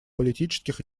политических